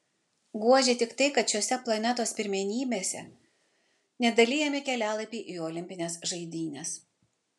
guodžia tik tai kad šiose planetos pirmenybėse nedalijami kelialapiai į olimpines žaidynes